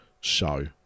show